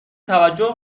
توجه